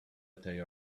they